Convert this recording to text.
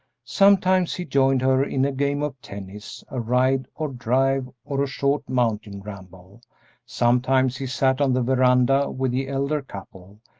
sometimes he joined her in a game of tennis, a ride or drive or a short mountain ramble sometimes he sat on the veranda with the elder couple,